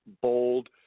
bold